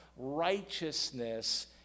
righteousness